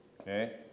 okay